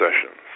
sessions